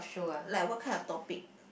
like what kind of topic